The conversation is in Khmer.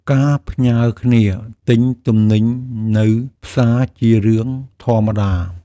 ការផ្ញើគ្នាទិញទំនិញនៅផ្សារជារឿងធម្មតា។